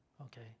Okay